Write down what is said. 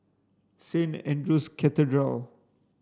Saint Andrew's Cathedral